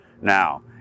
Now